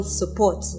support